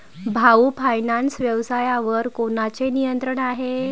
भाऊ फायनान्स व्यवसायावर कोणाचे नियंत्रण आहे?